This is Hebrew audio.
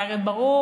זה הרי ברור,